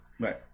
Right